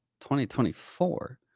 2024